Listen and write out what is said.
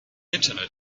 internet